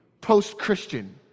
post-Christian